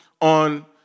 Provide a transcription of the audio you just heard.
on